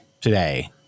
today